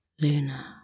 Luna